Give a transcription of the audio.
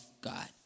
God